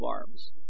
arms